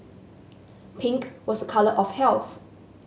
pink was a colour of health